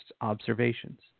observations